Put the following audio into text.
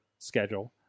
schedule